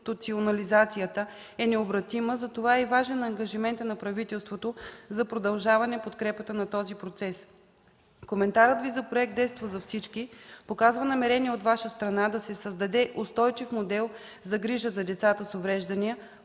е необратима и затова е важен ангажиментът на правителството за продължаване подкрепата на този процес. Коментарът Ви за Проект „Детство за всички” показва намерения от Ваша страна да се създаде устойчив модел за грижа за децата с увреждания,